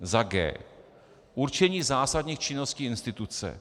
g) určení zásadních činností instituce,